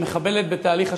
המחבלת בתהליך השלום,